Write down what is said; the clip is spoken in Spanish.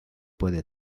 puede